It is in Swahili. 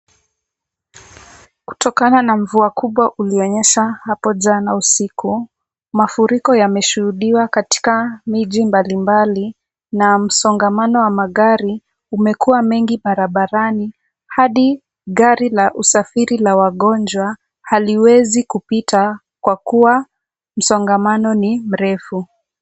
Kutokana na mvua kubwa ulionyesha hapo jana usiku, mafuriko yameshuhudiwa katika miji mbali mbali na msongamano wa magari umekuwa mengi barabarani hadi gari la usafiri la wagonjwa haliwezi kupita kwa kuwa msongamano ni mrefu.